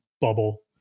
bubble